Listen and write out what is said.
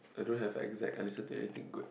I don't have exact I listen to anything good